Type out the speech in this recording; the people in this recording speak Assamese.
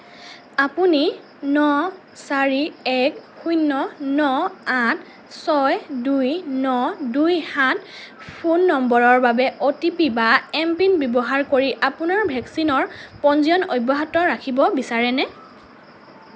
আপুনি ন চাৰি এক শূণ্য ন আঠ ছয় দুই ন দুই সাত ফোন নম্বৰৰ বাবে অ' টি পি বা এম পিন ব্যৱহাৰ কৰি আপোনাৰ ভেকচিনৰ পঞ্জীয়ন অব্যাহত ৰাখিব বিচাৰেনে